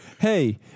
hey